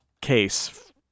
case